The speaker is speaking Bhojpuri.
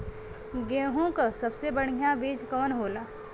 गेहूँक सबसे बढ़िया बिज कवन होला?